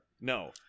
No